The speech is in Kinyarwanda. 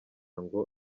ngo